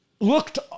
looked